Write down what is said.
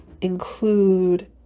include